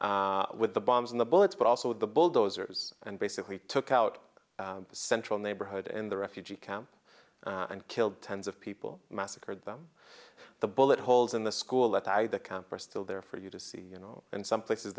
in with the bombs and the bullets but also the bulldozers and basically took out a central neighborhood in the refugee camp and killed tens of people massacred them the bullet holes in the school let out the camp are still there for you to see you know and some places